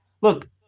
Look